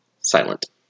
silent